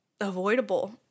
avoidable